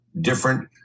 different